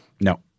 No